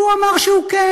והוא אמר שהוא כן.